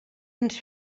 ens